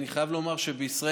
אני חייב לומר שבישראל,